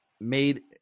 made